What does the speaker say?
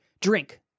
drink